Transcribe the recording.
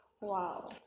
wow